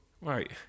Right